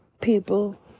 people